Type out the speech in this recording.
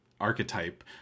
archetype